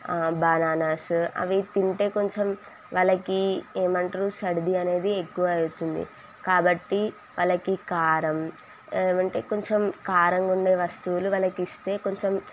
bananas అవి తింటే కొంచెం వాళ్ళకి ఏమంటారు సర్ది అనేది ఎక్కువ అవుతుంది కాబట్టి వాళ్ళకి కారం ఏమంటే కొంచెం కారంగా ఉండే వస్తువులు వాళ్ళకి ఇస్తే కొంచెం